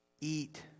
eat